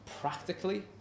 Practically